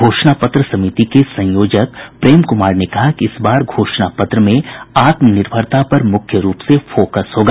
घोषणा पत्र समिति के संयोजक प्रेम कुमार ने कहा कि इस बार घोषणा पत्र में आत्मनिर्भरता पर मुख्य रूप से फोकस होगा